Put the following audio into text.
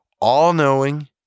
all-knowing